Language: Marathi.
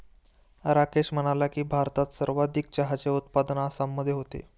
राकेश म्हणाला की, भारतात सर्वाधिक चहाचे उत्पादन आसाममध्ये होते